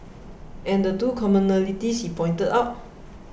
and the two commonalities he pointed out